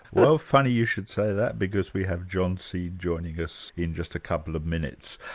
well, funny you should say that, because we have john seed joining us in just a couple of minutes.